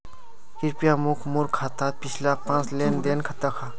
कृप्या मोक मोर खातात पिछला पाँच लेन देन दखा